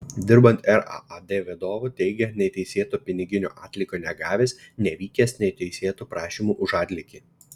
dirbant raad vadovu teigė neteisėto piniginio atlygio negavęs nevykęs neteisėtų prašymų už atlygį